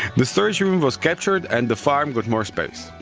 the storage room was captured and the farm got more space.